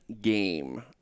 game